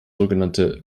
sogenannte